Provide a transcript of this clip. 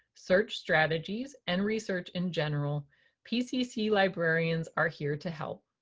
search strategies, and research in general pcc librarians are here to help.